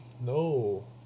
No